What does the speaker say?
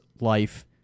life